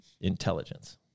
intelligence